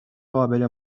قابل